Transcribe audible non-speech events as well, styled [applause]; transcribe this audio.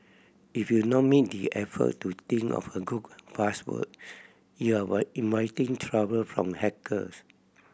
if you not make the effort to think of a good password you are [unintelligible] inviting trouble from hackers